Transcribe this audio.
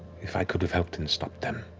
if i could have helped and stopped them,